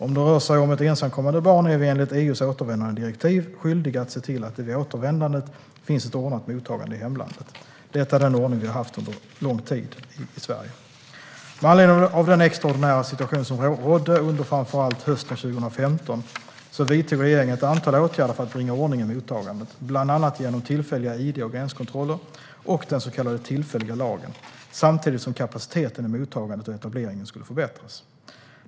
Om det rör sig om ett ensamkommande barn är vi enligt EU:s återvändandedirektiv skyldiga att se till att det vid återvändandet finns ett ordnat mottagande i hemlandet. Detta är den ordning vi haft under en lång tid i Sverige. Med anledning av den extraordinära situation som rådde under framför allt hösten 2015 vidtog regeringen ett antal åtgärder för att bringa ordning i mottagandet, bland annat genom tillfälliga id och gränskontroller och den så kallade tillfälliga lagen, samtidigt som kapaciteten i mottagandet och etableringen skulle förbättras.